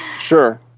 Sure